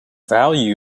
value